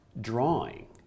drawing